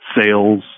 sales